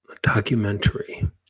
Documentary